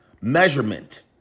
measurement